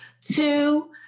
Two